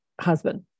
husband